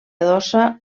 adossa